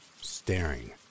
staring